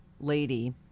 lady